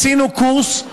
עשינו קורס,